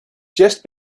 just